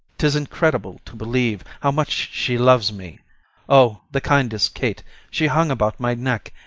tis incredible to believe how much she loves me o! the kindest kate she hung about my neck,